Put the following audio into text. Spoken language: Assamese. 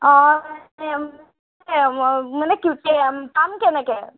অ মানে পাম কেনেকৈ